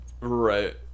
right